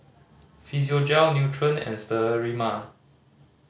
Physiogel Nutren and Sterimar